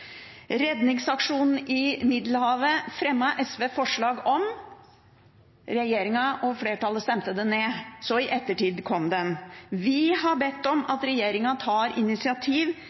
Redningsaksjonen i Middelhavet fremmet SV forslag om. Regjeringen og flertallet stemte det ned. Så, i ettertid, kom den. Vi har bedt om at regjeringen tar initiativ